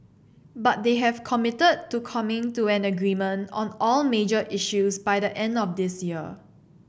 but they have committed to coming to an agreement on all major issues by the end of this year